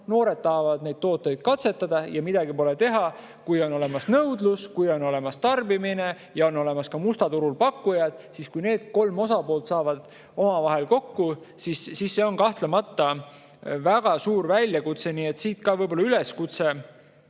noored tahavad neid tooteid katsetada. Ja midagi pole teha, kui on olemas nõudlus, kui on olemas tarbimine ja mustal turul on olemas ka pakkujad ning kui need kolm osapoolt saavad omavahel kokku, siis see on kahtlemata väga suur väljakutse. Nii et siit veel kord üleskutse